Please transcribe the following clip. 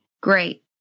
Great